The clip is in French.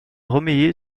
romilly